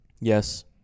Yes